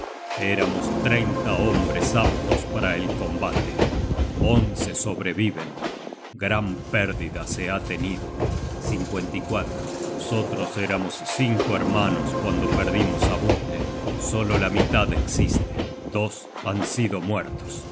eramos treinta hombres aptos para el combate once sobreviven gran pérdida se ha tenido nosotros éramos cinco hermanos cuando perdimos á budle solo la mitad existe dos han sido muertos